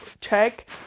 check